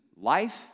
life